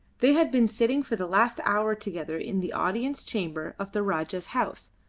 they had been sitting for the last hour together in the audience chamber of the rajah's house,